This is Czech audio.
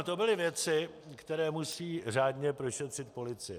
To byly věci, které musí řádně prošetřit policie.